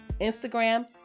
Instagram